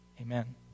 Amen